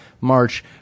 March